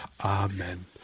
Amen